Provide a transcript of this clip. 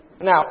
Now